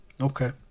okay